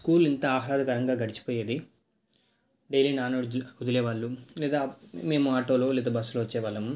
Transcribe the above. school ఇంత ఆహ్లాదకరంగా గడిచిపోయేది డైలీ వదిలేవాళ్ళు లేదా మేము ఆటోలో లేదా బస్సులో వచ్చేవాళ్ళము